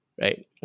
Right